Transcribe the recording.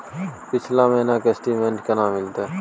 पिछला महीना के स्टेटमेंट केना मिलते?